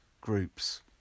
groups